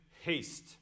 haste